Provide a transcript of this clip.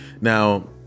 now